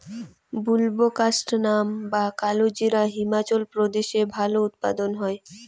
বুলবোকাস্ট্যানাম বা কালোজিরা হিমাচল প্রদেশে ভালো উৎপাদন হয়